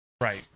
Right